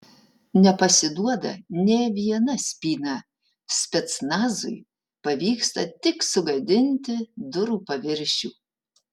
nepasiduoda nė viena spyna specnazui pavyksta tik sugadinti durų paviršių